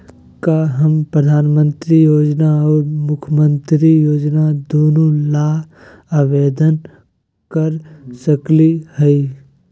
का हम प्रधानमंत्री योजना और मुख्यमंत्री योजना दोनों ला आवेदन कर सकली हई?